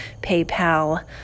PayPal